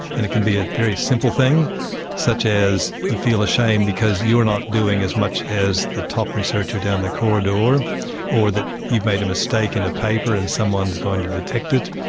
and it can be a very simple thing such as you feel ashamed because you're not doing as much as the top researcher down the corridor, or or that you've made a mistake in a paper and someone is going to detect it.